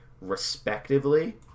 respectively